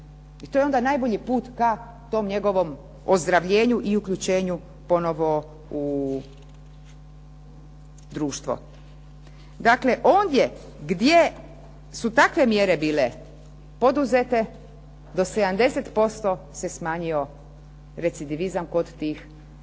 i to je onda najbolji put ka tom njegovom ozdravljenju i uključenju ponovno u društvo. Dakle, ondje gdje su takve mjere bile poduzete do 70% se smanjio recidivizam kod tih takvih